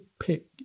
pick